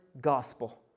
gospel